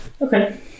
Okay